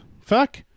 fuck